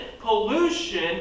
Pollution